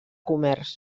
comerç